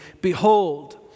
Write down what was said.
Behold